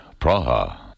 Praha